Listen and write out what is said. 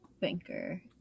banker